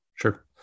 Sure